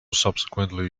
subsequently